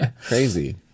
Crazy